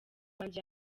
wanjye